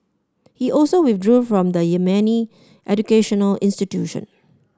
he also withdrew from the Yemeni educational institution